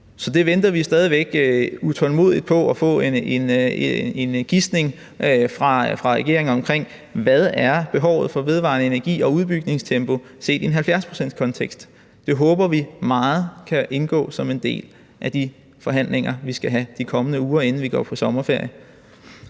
Så det venter vi stadig væk utålmodigt på at få en gisning fra regeringen om, altså i forhold til hvad behovet er for vedvarende energi og udbygningstempo set i en 70-procentskontekst. Det håber vi meget kan indgå som en del af de forhandlinger, som vi skal have i de kommende uger, inden vi går på sommerferie.